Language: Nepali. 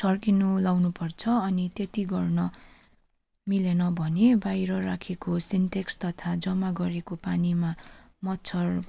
छर्किनु लाउनुपर्छ अनि त्यति गर्न मिलेन भने बाहिर राखेको सिन्टेक्स तथा जम्मा गरेको पानीमा मच्छर